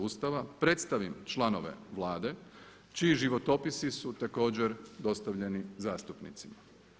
Ustava predstavim članove Vlade čiji životopisi su također dostavljeni zastupnicima.